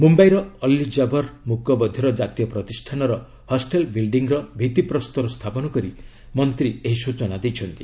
ମୁମ୍ବାଇର ଅଲ୍ଲୀ ଯାବର୍ ମୁକ ବଧିର କ୍ରାତୀୟ ପ୍ରତିଷ୍ଠାନର ହଷ୍ଟେଲ୍ ବିଲ୍ଚିଂର ଭିଭିପ୍ରସ୍ତର ସ୍ଥାପନ କରି ମନ୍ତ୍ରୀ ଏହି ସୂଚନା ଦେଇଛନ୍ତି